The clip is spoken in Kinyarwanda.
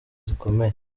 zikomeye